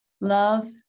Love